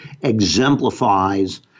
exemplifies